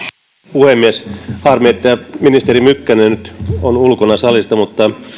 puhemies harmi että ministeri mykkänen nyt on ulkona salista mutta